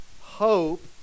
Hope